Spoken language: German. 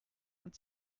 und